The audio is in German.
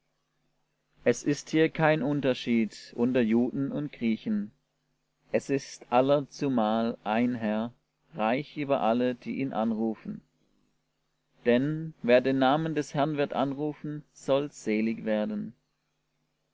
es ist hier kein unterschied unter juden und griechen es ist aller zumal ein herr reich über alle die ihn anrufen denn wer den namen des herrn wird anrufen soll selig werden